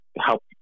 help